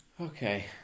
Okay